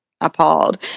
appalled